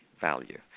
value